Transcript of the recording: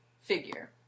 figure